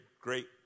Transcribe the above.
great